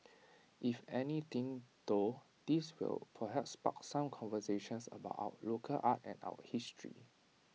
if anything though this will perhaps spark some conversations about our local art and our history